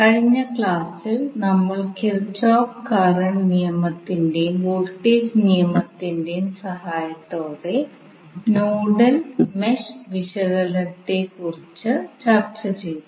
കഴിഞ്ഞ ക്ലാസ്സിൽ നമ്മൾ കിർചോഫ് കറണ്ട് kirchoff's current നിയമത്തിന്റെയും വോൾട്ടേജ് നിയമത്തിന്റെയും സഹായത്തോടെ നോഡൽ മെഷ് വിശകലനത്തെക്കുറിച്ച് ചർച്ച ചെയ്തു